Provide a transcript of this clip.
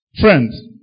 Friends